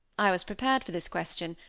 i was prepared for this question,